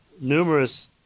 numerous